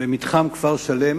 במתחם כפר-שלם